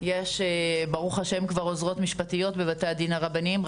יש ברוך ה' כבר עוזרות משפטיות בבתי הדין הרבניים,